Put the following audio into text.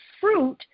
fruit